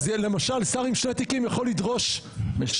למשל שר עם שני תיקים יכול לדרוש שניים.